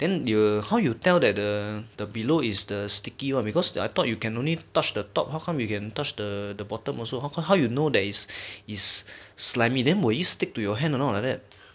then the how you tell that the below the is the sticky one because I thought you can only touch the top how come you can touch the the bottom also how how you know that is slimy then will it stick to your hand or not like that